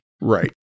right